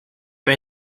pas